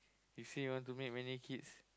you say you want to make many kids